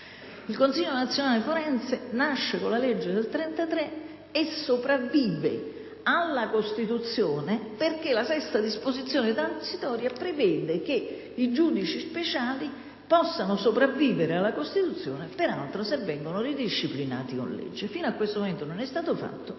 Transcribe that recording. Il Consiglio nazionale forense nasce con il regio decreto-legge n. 1578 del 1933 e sopravvive alla Costituzione perché la VI disposizione transitoria prevede che i giudici speciali possano sopravvivere alla Costituzione, peraltro, se vengono disciplinati con legge. Fino a questo momento non è stato fatto;